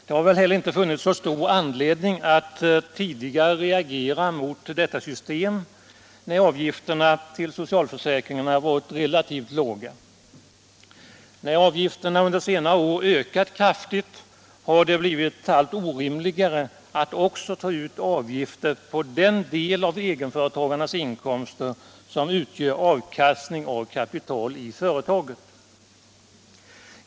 Det har väl heller inte funnits så stor anledning att tidigare reagera mot detta system när avgifterna till socialförsäkringarna varit relativt låga. När avgifterna under senare år ökat kraftigt har det blivit allt orimligare att också ta ut avgifter på den del av egenföretagarnas inkomster som utgör avkastning av kapital i företaget.